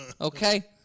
okay